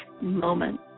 moment